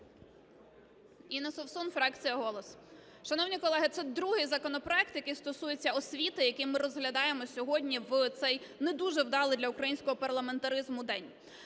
Інна Совсун, фракція "Голос". Шановні колеги, це другий законопроект, який стосується освіти, який ми розглядаємо сьогодні в цей не дуже вдалий для українського парламентаризму день.